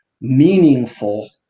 meaningful